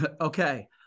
Okay